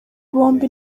bombi